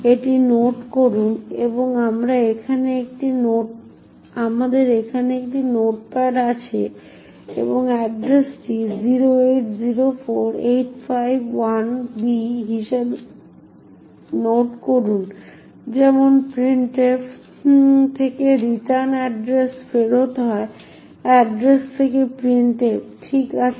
এটি নোট করুন এবং আমার এখানে একটি নোটপ্যাড আছে এবং এড্রেসটি 0804851b হিসাবে নোট করুন যেমন printf থেকে রিটার্ন এড্রেস ফেরত হয় এড্রেস থেকে printf ঠিক আছে